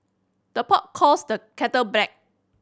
the pot calls the kettle black